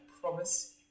promise